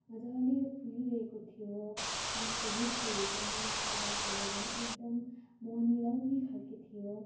मजाले फुलिरहेको थियो यहाँको रुखहरू पनि यहाँको वातावरण एकदम मोहनी लगाउने खाले थियो